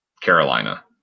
Carolina